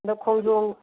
ꯑꯗꯣ ꯈꯣꯡꯖꯣꯝ